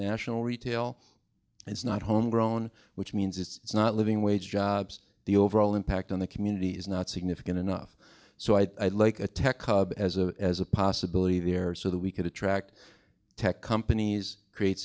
national retail and it's not home grown which means it's not living wage jobs the overall impact on the community is not significant enough so i'd like a tech hub as a as a possibility there so that we could attract tech companies create